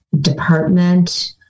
department